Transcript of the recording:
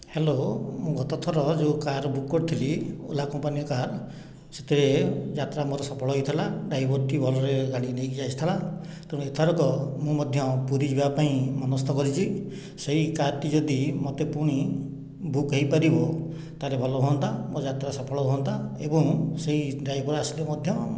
hello ମୁଁ ଗତ ଥର ଯେଉଁ କାର୍ ବୁକ୍ କରିଥିଲି ଓଲା କମ୍ପାନୀର କାର୍ ସେଥିରେ ଯାତ୍ରା ମୋର ସଫଳ ହୋଇଥିଲା ଡ୍ରାଇଭରଟି ଭଲରେ ଗାଡ଼ି ନେଇକି ଆସିଥିଲା ତେଣୁ ଏଥରକ ମୁଁ ମଧ୍ୟ ପୁରୀ ଯିବାପାଇଁ ମନସ୍ତ କରିଛି ସେହି କାର୍ ଟି ଯଦି ମୋତେ ପୁଣି ବୁକ୍ ହୋଇପାରିବ ତା'ହେଲେ ଭଲ ହୁଅନ୍ତା ମୋର ଯାତ୍ରା ସଫଳ ହୁଅନ୍ତା ଏବଂ ସେହି ଡ୍ରାଇଭର ଆସିଲେ ମଧ୍ୟ